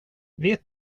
vet